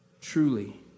truly